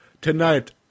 Tonight